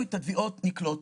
את התביעות אנחנו נלקוט,